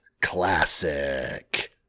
classic